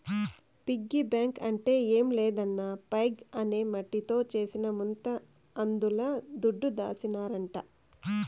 piggy bank అంటే ఏం లేదన్నా పైగ్ అనే మట్టితో చేసిన ముంత అందుల దుడ్డు దాసినారంట